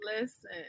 listen